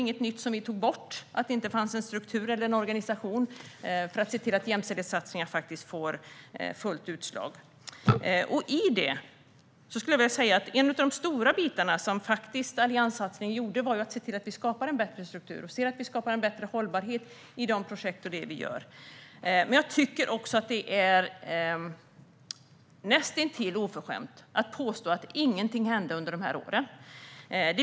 Att det inte fanns en struktur eller organisation för att se till att jämställdhetssatsningar får fullt utslag var inte något nytt. Vi tog inte bort den. En av de stora bitarna i allianssatsningen var att skapa en bättre struktur och hållbarhet i de projekt vi gör. Jag tycker att det är näst intill oförskämt att påstå att ingenting hände under de åren.